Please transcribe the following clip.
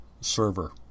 server